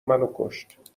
منوکشت